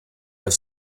have